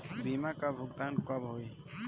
बीमा का भुगतान कब होइ?